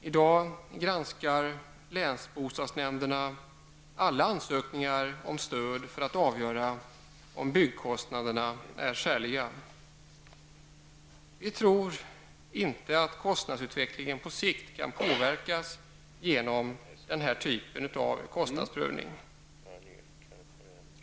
I dag granskar länsbostadsnämnderna alla ansökningar om stöd för att avgöra om byggkostnaderna är skäliga. Vi tror inte att kostnadsutvecklingen på sikt kan påverkas genom den här typen av kostnadsprövning.